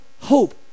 hope